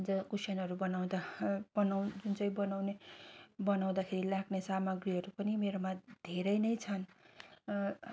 कुसनहरू बनाउँदा जुन चाहिँ बनाउने बनाउँदाखेरि लाग्ने सामाग्रीहरू पनि मेरोमा धेरै नै छन्